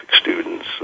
students